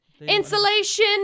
Insulation-